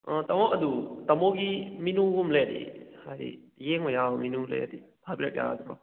ꯑꯣ ꯇꯥꯃꯣ ꯑꯗꯨ ꯇꯥꯃꯣꯒꯤ ꯃꯤꯅꯨꯒꯨꯝ ꯂꯩꯔꯗꯤ ꯍꯥꯏꯗꯤ ꯌꯦꯡꯕ ꯌꯥꯕ ꯃꯤꯅꯨ ꯂꯩꯔꯗꯤ ꯊꯥꯕꯤꯔꯛ ꯌꯥꯒꯗ꯭ꯔꯣ